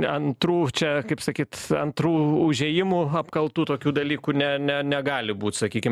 antrų čia kaip sakyt antrų užėjimų apkaltų tokių dalykų ne ne negali būt sakykim